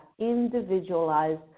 individualized